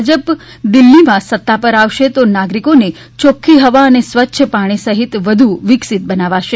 ભાજપ દિલ્હીમાં સત્તા ઉપર આવશે તો નાગરિકોને ચોખ્ખી હવા અને સ્વચ્છ પાણી સહિત વધુ વિકસિત બનાવશે